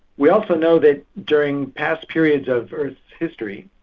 we also know that during past periods of earth's history,